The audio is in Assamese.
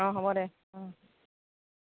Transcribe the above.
অঁ হ'ব দে অঁ